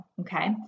okay